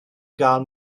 gael